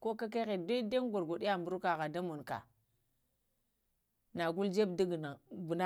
Ko kakaghe daidaŋ gor-gorəyaŋ ŋburoka gha da monula, naghalo ŋabe da ghana ghn